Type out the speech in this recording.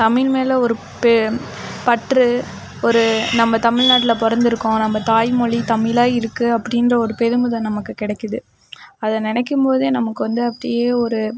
தமிழ் மேல் ஒரு பே பற்று ஒரு நம்ம தமிழ்நாட்டில் பிறந்திருக்கோம் நம்ம தாய்மொழி தமிழாக இருக்குது அப்படின்ற ஒரு பெருமிதம் நமக்கு கிடைக்கிது அதை நினைக்கும்போது நமக்கு வந்து அப்படியே ஒரு